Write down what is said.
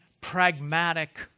pragmatic